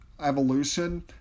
Evolution